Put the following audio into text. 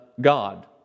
God